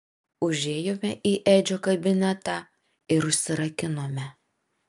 užėjome į edžio kabinetą ir užsirakinome